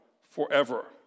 forever